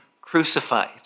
crucified